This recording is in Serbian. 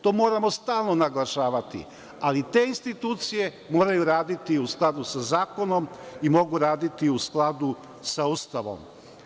To moramo stalno naglašavati, ali te institucije moraju raditi u skladu sa zakonom i mogu raditi i u skladu sa Ustavom.